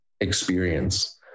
experience